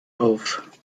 auf